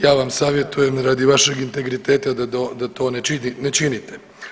Ja vam savjetujem radi vašeg integriteta da to ne činite.